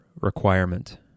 requirement